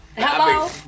Hello